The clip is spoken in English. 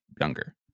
younger